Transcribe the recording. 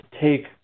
take